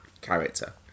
character